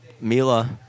Mila